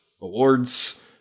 Awards